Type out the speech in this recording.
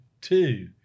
two